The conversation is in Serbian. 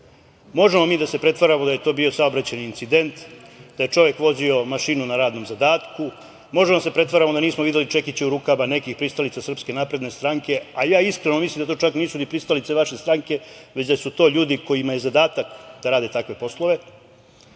mi da se pretvaramo da je to bio saobraćajni incident, da je čovek vozio mašinu na radnom zadatku, možemo da se pretvaramo da nismo videli čekić u rukama nekih pristalica SNS, a ja, iskreno mislim da to čak nisu ni pristalice vaše stranke, već da su to ljudi kojima je zadatak da rade takve poslove.